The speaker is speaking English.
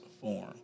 form